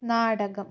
നാടകം